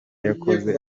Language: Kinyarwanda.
yakoze